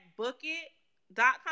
Bookit.com